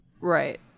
Right